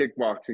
kickboxing